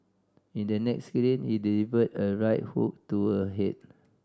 in the next scene he delivers a right hook to her head